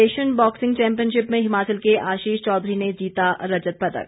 Asian boxing championship में हिमाचल के आशीष चौधरी ने जीता रजत पदक